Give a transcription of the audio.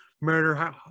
Murder